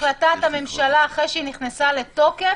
החלטת הממשלה אחרי שהיא נכנסה לתוקף,